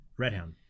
Redhound